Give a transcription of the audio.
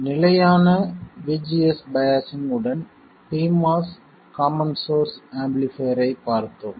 நிலையான VGS biasing உடன் pMOS common source ஆம்பிளிஃபைர்ரைப் பார்த்தோம்